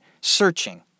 searching